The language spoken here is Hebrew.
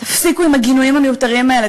תפסיקו עם הגינויים המיותרים האלה,